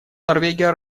норвегия